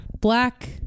Black